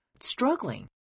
struggling